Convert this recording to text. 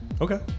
Okay